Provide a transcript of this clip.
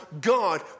God